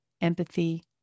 empathy